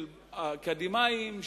של האקדמאים,